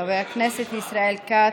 חבר הכנסת ישראל כץ,